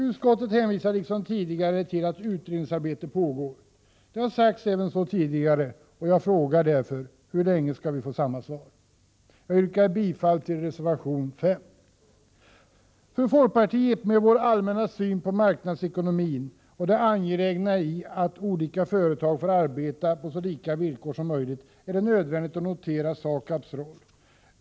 Utskottet hänvisar till att utredningsarbete pågår. Det har sagts även tidigare, och jag frågar därför: Hur länge skall vi få samma svar? Jag yrkar bifall till reservation 5. För folkpartiet med vår allmänna syn på marknadsekonomin och det angelägna i att olika företag får arbeta på så lika villkor som möjligt är det nödvändigt att notera SAKAB:s roll.